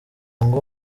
ngo